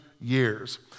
years